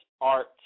art